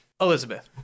elizabeth